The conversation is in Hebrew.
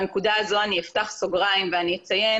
בנקודה הזאת אני אפתח סוגריים ואני אציין